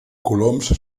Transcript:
coloms